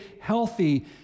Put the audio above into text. healthy